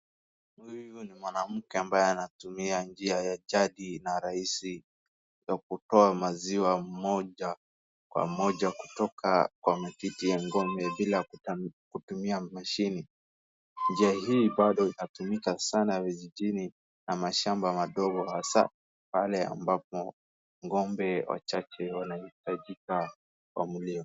Huyu ni mwanamke ambaye anatumia njia ya jadi na rahisi ya kutoa maziwa moja kwa moja kutoka kwa matiti ya ng'ombe bila kutumia mashini. Njia hii bado inatumika sana vijijini na mashamba madogo hasa pale ambapo ng'ombe wachache wanahitajika kukamuliwa.